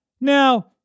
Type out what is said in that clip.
Now